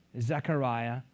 Zechariah